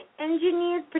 engineered